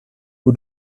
who